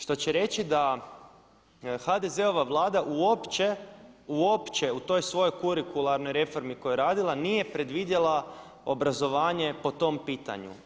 Što će reći da HDZ-ova Vlada uopće u toj svojoj kurikularnoj reformi koju je radila nije predvidjela obrazovanje po tom pitanju.